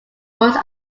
was